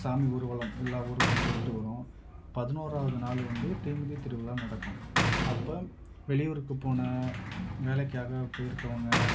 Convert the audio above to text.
சாமி ஊர்வலம் எல்லா ஊருக்கும் போய்விட்டு வரும் பதினோராவது நாள் வந்து தீமிதி திருவிழா நடக்கும் அப்போ வெளியூருக்கு போன வேலைக்காக போயிருக்கறவங்க